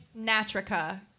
Natrica